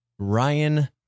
Ryan